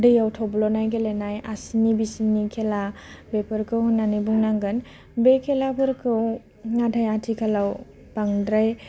दैयाव थब्ल'नाय गेलेनाय आसिनि बिसिनि खेला बेफोरखौ होननानै बुंनांगोन बे खेलाफोरखौ नाथाय आथिखालाव बांद्राय